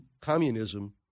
communism